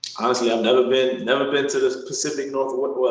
honestly, i've never been never been to the pacific northwest.